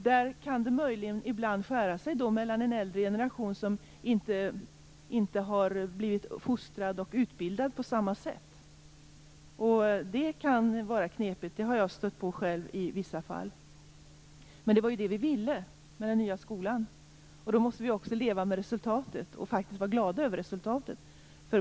Där kan det möjligen ibland skära sig gentemot en äldre generation som inte har blivit fostrad och utbildad på samma sätt. Det kan vara knepigt; det har jag stött på själv i vissa fall. Men det var ju det vi ville med den nya skolan, och då måste vi också leva med och faktiskt vara glada över resultatet.